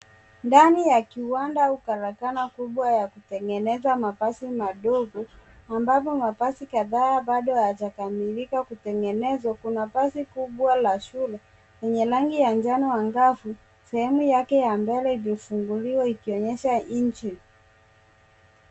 Ndani ya kiwanda au karakana kubwa ya kutengeneza mavazi madogo ambapo mavazi kadhaa bafo hayajakamiloka kutengenezwa. Kuna basi kubwa la shule lenye rangi ya njano angavu. Sehemu yake ya mbele imefunguliwa ikionyesha injini.